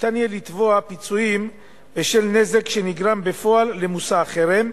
יהיה אפשר לתבוע פיצויים בשל נזק שנגרם בפועל למושא החרם,